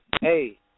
hey